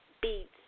Beats